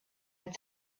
had